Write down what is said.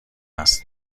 است